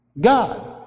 God